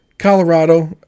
Colorado